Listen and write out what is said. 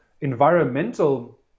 environmental